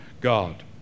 God